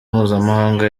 mpuzamahanga